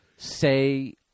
say